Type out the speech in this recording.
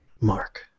Mark